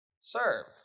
Serve